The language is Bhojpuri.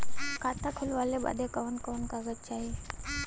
खाता खोलवावे बादे कवन कवन कागज चाही?